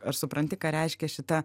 ar supranti ką reiškia šita